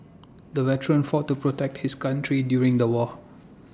the veteran fought to protect his country during the war